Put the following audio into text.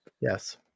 Yes